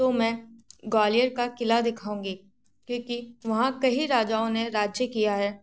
तो मैं ग्वालियर का क़िला दिखाऊँगी क्योंकि वहाँ कईं राजाओं ने राज्य किया है